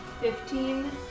Fifteen